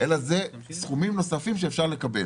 אלא זה סכומים נוספים שאפשר לקבל.